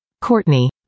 Courtney